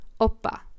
Oppa